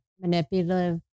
manipulative